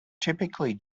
typically